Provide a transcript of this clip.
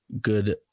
good